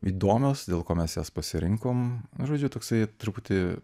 įdomios dėl ko mes jas pasirinkom žodžiu toksai truputį